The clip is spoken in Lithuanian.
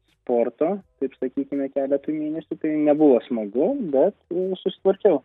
sporto taip sakykime keletui mėnesių tai nebuvo smagu bet susitvarkiau